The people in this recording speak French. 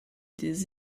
des